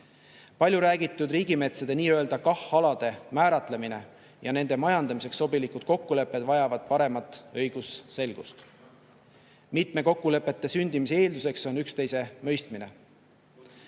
Paljuräägitud riigimetsade KAH-alade määratlemine ja nende majandamiseks sobilikud kokkulepped vajavad paremat õigusselgust. Mitme kokkuleppe sündimise eelduseks on üksteisemõistmine.